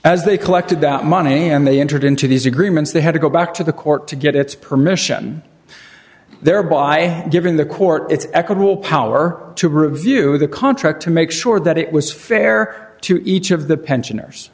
as they collected that money and they entered into these agreements they had to go back to the court to get its permission thereby giving the court its equitable power to review the contract to make sure that it was fair to each of the pension